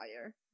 fire